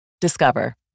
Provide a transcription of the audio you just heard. Discover